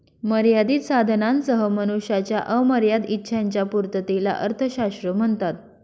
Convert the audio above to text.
मर्यादित साधनांसह मनुष्याच्या अमर्याद इच्छांच्या पूर्ततेला अर्थशास्त्र म्हणतात